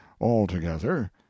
altogether